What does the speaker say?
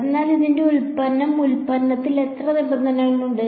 അതിനാൽ അതിന്റെ ഉൽപ്പന്നം ഉൽപ്പന്നത്തിൽ എത്ര നിബന്ധനകൾ ഉണ്ട്